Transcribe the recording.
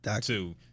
two